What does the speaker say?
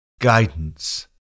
guidance